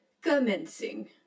Commencing